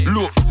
Look